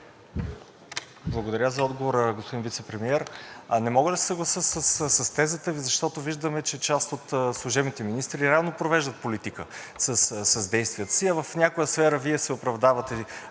Благодаря за отговора, господин Вицепремиер. Не мога да се съглася с тезата Ви, защото виждаме, че част от служебните министри реално провеждат политика с действията си, а в някоя сфера Вие се оправдавате